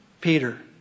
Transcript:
Peter